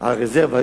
על הרזרבה,